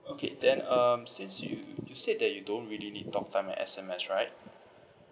okay then um since you you said that you don't really need talk time and S_M_S right